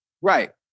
right